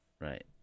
Right